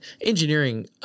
engineering